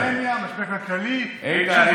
ופנדמיה, משבר כלכלי, מערכת בחירות.